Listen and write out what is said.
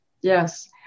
Yes